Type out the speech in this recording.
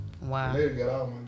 Wow